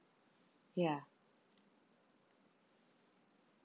ya